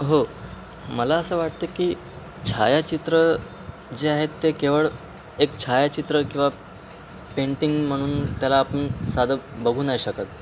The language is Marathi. हो मला असं वाटतं की छायाचित्र जे आहेत ते केवळ एक छायाचित्र किंवा पेंटिंग म्हणून त्याला आपण साधं बघू नाही शकत